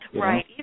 Right